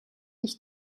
ich